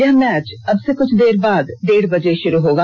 यह मैच अब से कुछ देर बाद डेढ़ बजे शुरु होगा